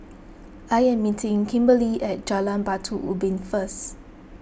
I am meeting Kimberley at Jalan Batu Ubin First